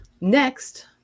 next